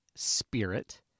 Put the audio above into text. spirit